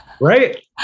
Right